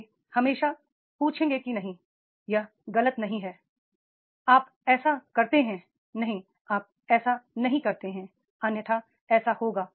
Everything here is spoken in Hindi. वे हमेशा पूछेंगे कि नहीं यह गलत नहीं है आप ऐसा करते हैं नहीं आप ऐसा नहीं करते हैं अन्यथा ऐसा होगा